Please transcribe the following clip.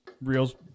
reels